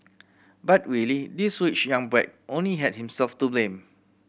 but really this rich young brat only had himself to blame